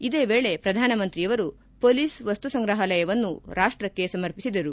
ಇದೇ ವೇಳೆ ಪ್ರಧಾನಮಂತ್ರಿಯವರು ಪೊಲೀಸ್ ವಸ್ತು ಸಂಗ್ರಹಾಲಯವನ್ನೂ ರಾಷ್ಪಕ್ಕೆ ಸಮರ್ಪಿಸಿದರು